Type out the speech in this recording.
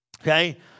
okay